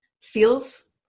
feels